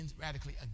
radically